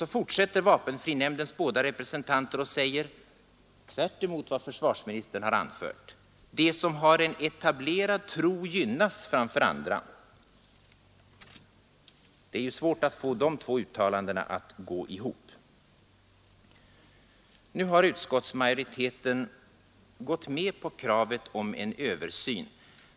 Så fortsätter vapenfrinämndens båda representanter och säger, tvärtemot vad försvarsministern har anfört: ”De som har en etablerad tro gynnas framför andra.” Det är faktiskt svårt att få dessa två uttalanden att gå ihop. Nu har utskottsmajoriteten gått med på kravet om en översyn.